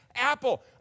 Apple